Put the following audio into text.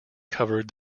covered